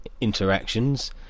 interactions